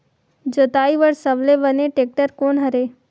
जोताई बर सबले बने टेक्टर कोन हरे?